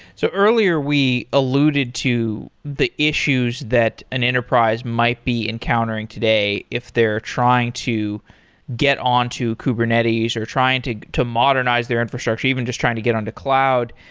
earlier, we alluded to the issues that an enterprise might be encountering today if they're trying to get on to kubernetes, or trying to to modernize their infrastructure, even just trying to get on to cloud.